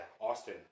Austin